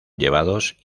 llevados